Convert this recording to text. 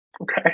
Okay